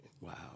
Wow